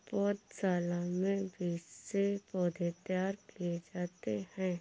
पौधशाला में बीज से पौधे तैयार किए जाते हैं